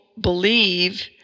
believe